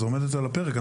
היא עומדת על הפרק.